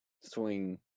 Swing